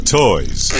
toys